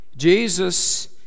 Jesus